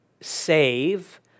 save